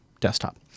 desktop